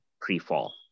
pre-fall